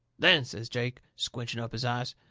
then, says jake, squinching up his eyes,